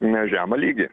ne žemą lygį